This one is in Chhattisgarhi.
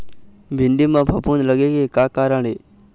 भिंडी म फफूंद लगे के का कारण ये?